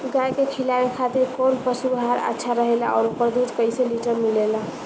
गाय के खिलावे खातिर काउन पशु आहार अच्छा रहेला और ओकर दुध कइसे लीटर मिलेला?